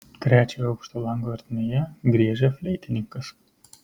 trečiojo aukšto lango ertmėje griežia fleitininkas